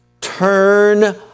Turn